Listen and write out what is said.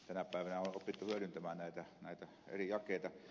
tänä päivänä on opittu hyödyntämään näitä eri jakeita